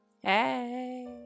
Hey